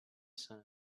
sand